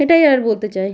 এটাই আর বলতে চাই